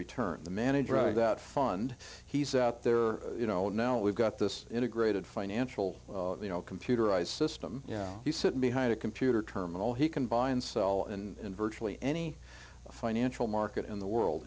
return the manager i doubt fund he's out there you know now we've got this integrated financial you know computerized system you sit behind a computer terminal he can buy and sell in virtually any financial market in the world